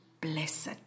blessed